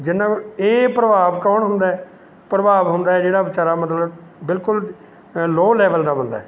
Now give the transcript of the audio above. ਜਿਹਨਾਂ ਇਹ ਪ੍ਰਭਾਵ ਕੌਣ ਹੁੰਦਾ ਹੈ ਪ੍ਰਭਾਵ ਹੁੰਦਾ ਹੈ ਜਿਹੜਾ ਵਿਚਾਰਾ ਮਤਲਬ ਬਿਲਕੁਲ ਲੋਅ ਲੈਵਲ ਦਾ ਬੰਦਾ ਹੈ